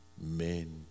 Men